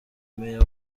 meya